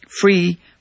free